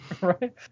right